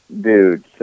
Dude